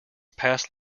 passed